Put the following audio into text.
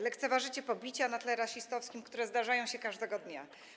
Lekceważycie pobicia na tle rasistowskim, które zdarzają się każdego dnia.